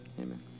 Amen